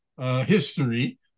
history